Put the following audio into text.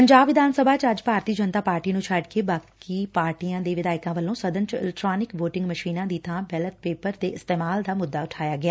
ਪੰਜਾਬ ਵਿਧਾਨ ਸਭਾ ਚ ਅੱਜ ਭਾਰਤੀ ਜਨਤਾ ਪਾਰਟੀ ਨੂੰ ਛੱਡਕੇ ਬਾਕੀ ਪਾਰਟੀਆਂ ਦੇ ਵਿਧਾਇਕਾਂ ਵੱਲੋ ਸਦਨ ਚ ਇਲੈਕਟ੍ਾਨਿਕ ਵੋਟਿੰਗ ਮਸ਼ੀਨਾਂ ਦੀ ਬਾਂ ਬੈਲੇਟ ਪੇਪਰਾਂ ਦੇ ਇਸਤੇਮਾਲ ਦਾ ਮੁੱਦਾ ਉਠਾਇਆ ਗਿਆ